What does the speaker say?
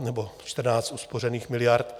Nebo 14 uspořených miliard.